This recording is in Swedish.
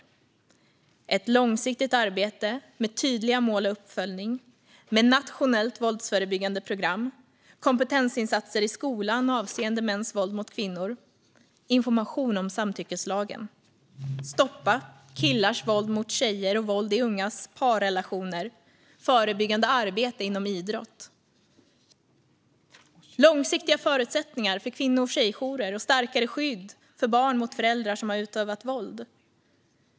Det är ett långsiktigt arbete med tydliga mål och uppföljning, med nationellt våldsförebyggande program, kompetensinsatser i skolan avseende mäns våld mot kvinnor, information om samtyckeslagen, stopp för killars våld mot tjejer och våld i ungas parrelationer, förebyggande arbete inom idrott, långsiktiga förutsättningar för kvinno och tjejjourer och starkare skydd för barn mot föräldrar som har utövat våld.